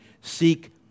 Seek